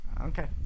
Okay